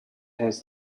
has